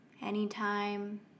Anytime